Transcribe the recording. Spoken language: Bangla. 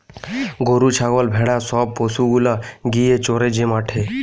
গরু ছাগল ভেড়া সব পশু গুলা গিয়ে চরে যে মাঠে